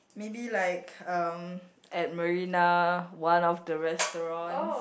maybe like um at Marina one of the restaurants